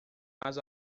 mas